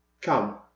Come